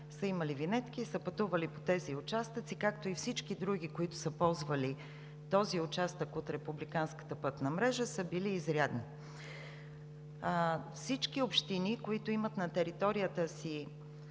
са имали винетки и са пътували по тези участъци, както и всички други, които са ползвали този участък от републиканската пътна мрежа, са били изрядни. Вече това е практика – всички общини, които имат на територията на